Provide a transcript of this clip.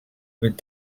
with